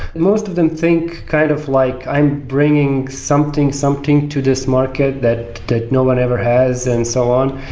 most of them think kind of like i'm bringing something, something to this market that that no one ever has and so on.